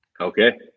Okay